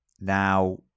Now